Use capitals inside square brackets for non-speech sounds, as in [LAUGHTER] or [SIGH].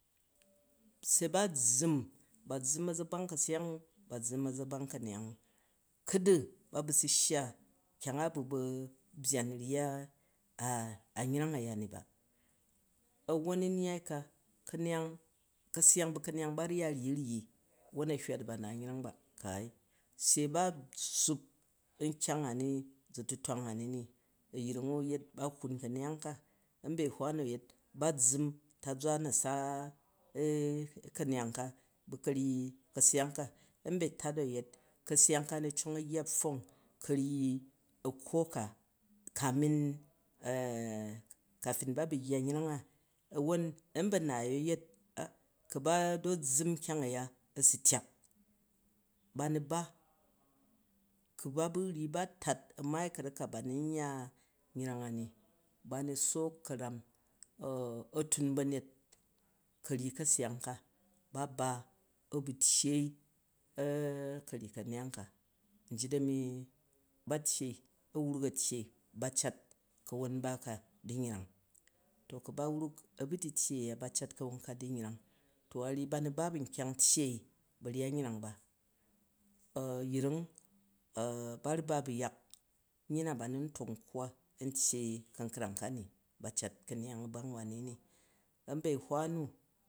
Se ba zzum, ba zzum a̱zagbang ka̱seyang u ba zzum a̱zagbang ka̱neyang, kudu ba ba su shya kyang a bu ba̱ byaan rya an yreng a̱ ya ni ba. A̱wwon mnyai ka, ka̱neyang, ka̱seyang bu̱ ka̱neyang ba ru ya ryi-u ryi won a hywa di ba naat yreng ba, kaai, se ba tsuup nkyang ani zu tutwang ani ni. A̱yring u a̱yet, ba hwuun ka̱neyang ka, a̱mbehwa nu a yet ba zzum tazwa na̱sa [HESITATION] ka̱ne yang ka bu ka̱seyang ka, a̱mbatat u a̱yet ka̱seyang ka a̱ nu cong a̱ yya pfwong ka̱ryi a̱kkwo ka kamin [HESITATION] kafin ba bu̱ yya nyreng a. A̱mba̱naai u a̱ yet ku ba do zzum nkyang a̱ ya a̱ su tyak, ba na ba, ku ba ba ryyi ba tat a̱ maai ka̱rak ka ba nu n yya yreng a ni banu sook ka̱ram a tung ba̱nyet ka̱ryi ka̱seyang ka ba ba a bu̱ tyyei ka̱ryi ka̱neyang ka, ryit a̱ni, ba wruk a̱ tyyei ba cat ka̱won nba ka di yreng. To ku ba wruk a̱ bu tu-tyyei a̱ya ba cat ka̱won ba ka di yreng to aryyi ba nu ba bu̱ nkyang antyei ba̱ryat nyreng ba. A̱yring ba ru ba bu̱ yak ryyi na ba nu ntok nkkwa a̱n tyei ka̱nkrang ka ni ba cat ka̱neyang a̱bang wani ni. A̱mba̱hwa nu.